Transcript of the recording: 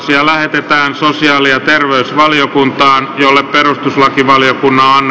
asia lähetettiin sosiaali ja terveysvaliokuntaan jolle perustuslakivaliokunnan